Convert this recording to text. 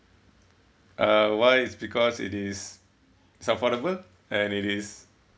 uh why is because it is it's affordable and it is